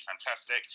fantastic